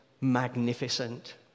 magnificent